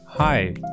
Hi